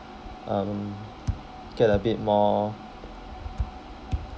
um get a bit more